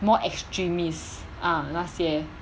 more extremist ah 那些